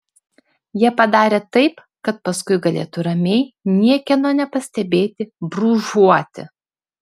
jie padarė taip kad paskui galėtų ramiai niekieno nepastebėti brūžuoti